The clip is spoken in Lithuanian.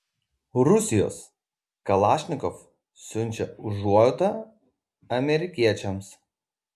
rusijos kalašnikov siunčia užuojautą amerikiečiams